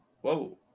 whoa